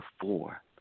four